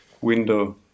window